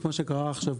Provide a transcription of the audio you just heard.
כמו שקרה עכשיו,